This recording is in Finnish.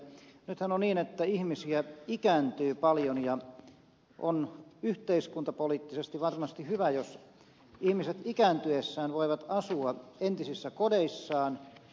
nythän on niin että ihmisiä ikääntyy paljon ja on yhteiskuntapoliittisesti varmasti hyvä jos ihmiset ikääntyessään voivat asua entisissä kodeissaan